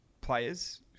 players